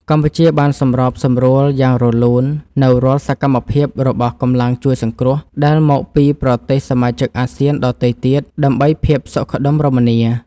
កម្ពុជាបានសម្របសម្រួលយ៉ាងរលូននូវរាល់សកម្មភាពរបស់កម្លាំងជួយសង្គ្រោះ ដែលមកពីប្រទេសសមាជិកអាស៊ានដទៃទៀត ដើម្បីភាពសុខដុមរមនា។